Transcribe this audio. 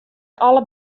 alle